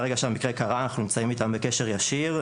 מרגע שהמקרה קרה אנחנו נמצאים איתם בקשר ישיר,